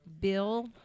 Bill